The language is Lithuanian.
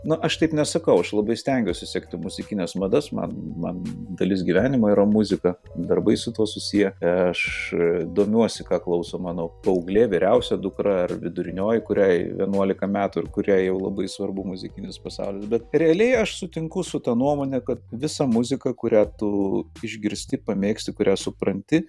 na aš taip nesakau aš labai stengiuosi sekti muzikines madas man man dalis gyvenimo yra muzika darbai su tuo susiję aš domiuosi ką klauso mano paauglė vyriausia dukra ar vidurinioji kuriai vienuolika metų ir kuriai jau labai svarbu muzikinis pasaulis bet realiai aš sutinku su ta nuomonė kad visa muzika kurią tu išgirsti pamėgsti kurią supranti